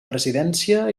presidència